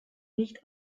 nicht